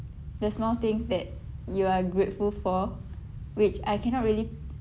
the small things that you are grateful for which I cannot really